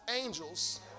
angels